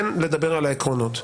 כן לדבר על העקרונות.